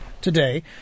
today